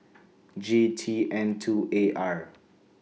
G T N two A R